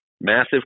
massive